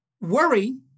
Worry